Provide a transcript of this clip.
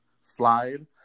slide